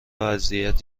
اذیت